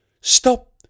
Stop